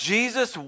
Jesus